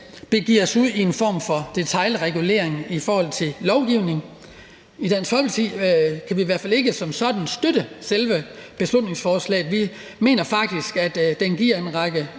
begive os ud i en form for detailregulering i forhold til lovgivning. I Dansk Folkeparti kan vi i hvert fald ikke som sådan støtte selve beslutningsforslaget. Vi mener faktisk, at det giver en række